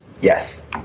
yes